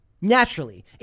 Naturally